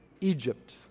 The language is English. Egypt